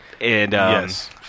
Yes